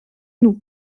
nous